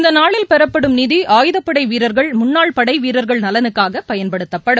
இந்தநாளில் பெறப்படும் நிதி ஆயுதப்படைவீரர்கள் முன்னாள் படைவீரர்கள் நலனுக்காகபயன்படுத்தப்படும்